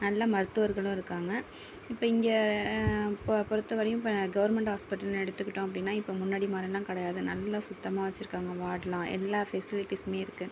நல்ல மருத்துவர்களும் இருக்காங்க இப்போ இங்கே பொறுத்தவரையும் இப்போ கவர்மெண்ட் ஹாஸ்பிட்டலுன்னு எடுத்துக்கிட்டோம் அப்படின்னா இப்போ முன்னாடி மாதிரிலாம் கிடையாது நல்லா சுத்தமாக வெச்சிருக்காங்க வார்டுலாம் எல்லா ஃபெசிலிட்டிஸுமே இருக்குது